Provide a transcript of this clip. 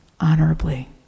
honorably